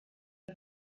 die